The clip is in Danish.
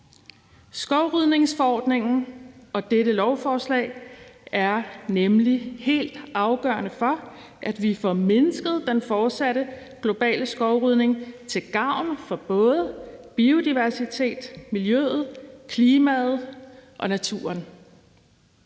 Skovrydningsforordningen og dette lovforslag er nemlig helt afgørende for, at vi får mindsket den fortsatte globale skovrydning til gavn for både biodiversiten, miljøet, klimaet og naturen,